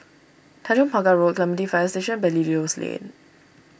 Tanjong Pagar Road Clementi Fire Station Belilios Lane